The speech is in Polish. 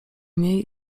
niej